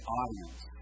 audience